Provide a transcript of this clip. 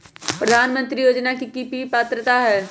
प्रधानमंत्री योजना के की की पात्रता है?